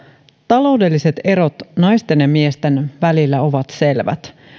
taloudelliset erot naisten ja miesten välillä ovat selvät